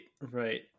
right